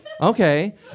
Okay